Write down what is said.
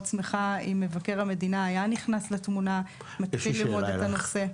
שמחה אם מבקר המדינה היה נכנס לתמונה ומתחיל ללמוד את הנושא.